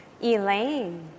Elaine